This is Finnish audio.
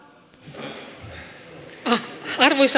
arvoisa puhemies